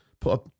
put